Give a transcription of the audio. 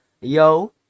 Yo